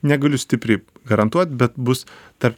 negaliu stipriai garantuot bet bus tarp